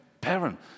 parent